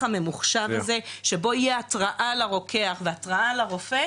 הממוחשב הזה שבו תהיה התראה לרוקח והתראה לרופא,